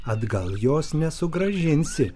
atgal jos nesugrąžinsi